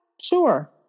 Sure